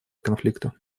конфликта